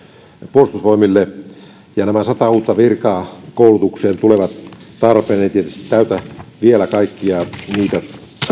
puolustusvoimille nämä sata uutta virkaa koulutukseen tulevat tarpeeseen vaikka ne eivät tietysti vielä täytä kaikkia niitä